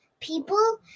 people